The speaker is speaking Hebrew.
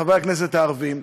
חברי הכנסת הערבים,